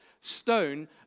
stone